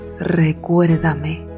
Recuérdame